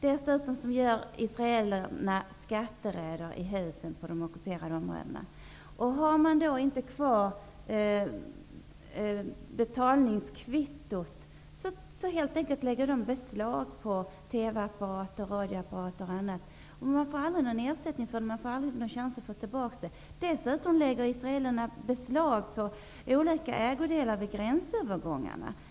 Dessutom gör israelerna skatteräder i husen på de ockuperade områdena. Om palestinierna inte har kvar betalningskvittot lägger de helt enkelt beslag på TV-apparater, radioapparater och annat. De får aldrig någon ersättning för detta och aldrig någon chans att få tillbaka sina saker. Israelerna lägger dessutom beslag på olika ägodelar vid gränsövergångarna.